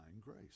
grace